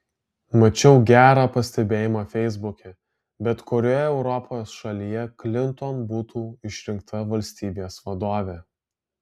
mačiau gerą pastebėjimą feisbuke bet kurioje europos šalyje klinton būtų išrinkta valstybės vadove